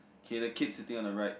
okay the kid sitting on the right